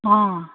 অঁ